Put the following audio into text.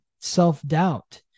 self-doubt